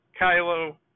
Kylo